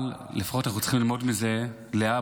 אבל לפחות אנחנו צריכים ללמוד מזה להבא,